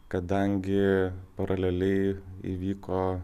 kadangi paraleliai įvyko